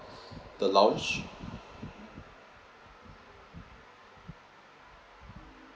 the lounge